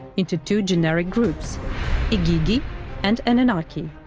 into two generic groups igigi and anunnaki.